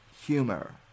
humor